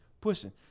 pushing